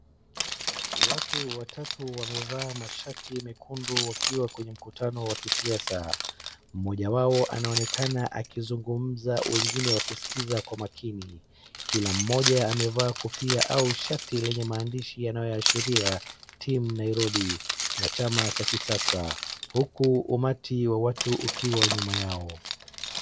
Watu watatu wamevaa mashati mekundu wakiwa kwenye mkutano wa kisiasa mmoja wao anaonekana akizungumza wengine wakiskiza kwa makini Kila mmoja amevaa kofia au shati lenye maandishi yanayoashiria team Nairobi na chama Cha kisasa huku umati wa watu ukiwa nyuma yao